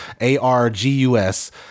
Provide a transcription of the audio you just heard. A-R-G-U-S